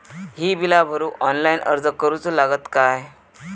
ही बीला भरूक ऑनलाइन अर्ज करूचो लागत काय?